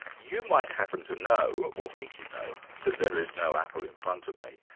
you might happen to know, or think you know, that there is no apple in front of me,